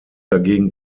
dagegen